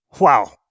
Wow